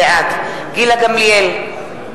בעד גילה גמליאל,